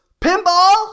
pinball